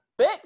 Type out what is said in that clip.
bitch